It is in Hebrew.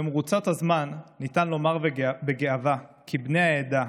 במרוצת הזמן ניתן לומר בגאווה כי בני העדה,